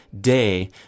day